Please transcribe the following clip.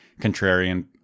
contrarian